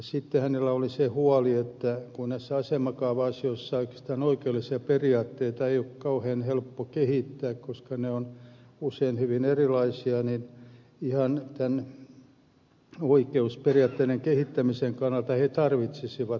sitten hänellä oli se huoli että kun näissä asemakaava asioissa oikeastaan oikeudellisia periaatteita ei ole kauhean helppo kehittää koska kaavat ovat usein hyvin erilaisia niin ihan tämän oikeusperiaatteiden kehittämisen kannalta he tarvitsisivat paljon asioita käsiteltäväkseen